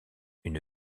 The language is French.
une